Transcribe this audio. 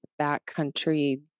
backcountry